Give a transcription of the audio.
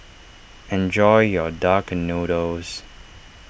enjoy your Duck Noodles